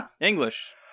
English